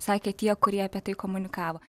sakė tie kurie apie tai komunikavo